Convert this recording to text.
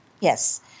Yes